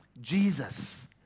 Jesus